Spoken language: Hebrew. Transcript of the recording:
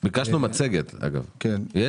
ביקשנו מצגת, יש?